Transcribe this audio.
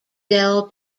del